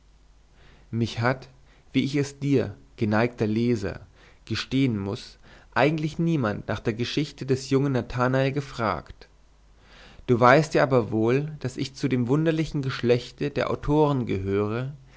mich hat wie ich es dir geneigter leser gestehen muß eigentlich niemand nach der geschichte des jungen nathanael gefragt du weißt ja aber wohl daß ich zu dem wunderlichen geschlechte der autoren gehöre